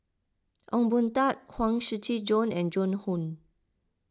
Ong Boon Tat Huang Shiqi Joan and Joan Hon